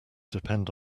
depend